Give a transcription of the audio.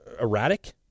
erratic